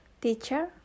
teacher